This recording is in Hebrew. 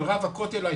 של רב הכותל,